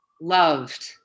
Loved